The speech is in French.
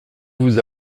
vous